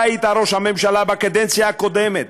אתה היית ראש הממשלה בקדנציה הקודמת.